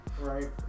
Right